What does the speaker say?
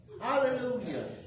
Hallelujah